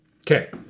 Okay